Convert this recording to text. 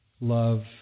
love